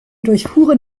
durchfuhren